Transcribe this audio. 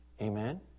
Amen